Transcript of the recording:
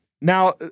Now